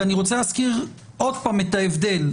ואני רוצה להזכיר עוד פעם את ההבדל,